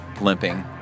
limping